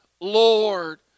Lord